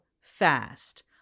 fast